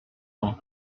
nom